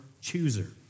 chooser